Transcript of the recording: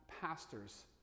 pastors